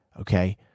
Okay